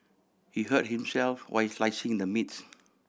he hurt himself while slicing the meat